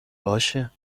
باشه